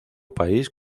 país